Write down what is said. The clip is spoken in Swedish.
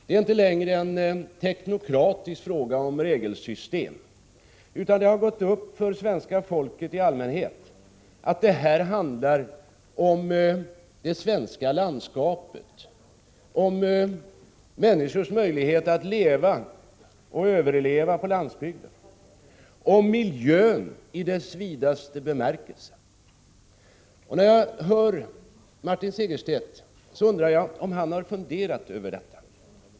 Det är inte längre en teknokratisk 95 fråga om regelsystem, utan det har gått upp för svenska folket i allmänhet att det här handlar om det svenska landskapet, om människors möjlighet att leva och överleva på landsbygden, om miljö i dess vidaste bemärkelse. När jag hör Martin Segerstedt undrar jag om han har funderat över detta.